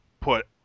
put